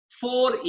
four